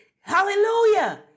Hallelujah